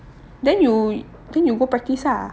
then you then you go practice ah